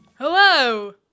Hello